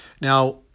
Now